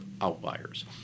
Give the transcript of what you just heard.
outliers